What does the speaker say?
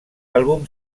álbum